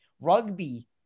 rugby